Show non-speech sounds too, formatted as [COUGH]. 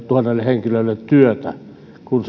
henkilölle työtä kun [UNINTELLIGIBLE]